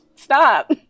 stop